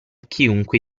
chiunque